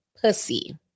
pussy